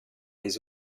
les